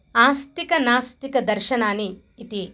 आस्तिक नास्तिकदर्शनानि इति